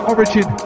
Origin